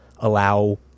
Allow